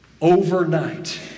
Overnight